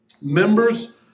Members